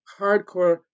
hardcore